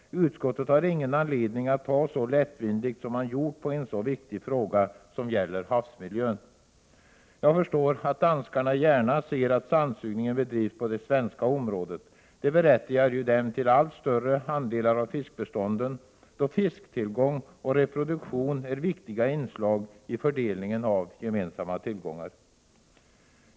Utskottet har ingen anledning att ta så lättvindigt som man gjort på en så viktig fråga som gäller havsmiljön. Jag förstår att danskarna gärna ser att sandsugningen bedrivs på det svenska området. Det berättigar ju dem till allt större andelar av fiskbestånden, då fisktillgång och reproduktion är viktiga inslag i fördelningen av de gemensamma tillgångarna.